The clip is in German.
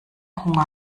hunger